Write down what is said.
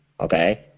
okay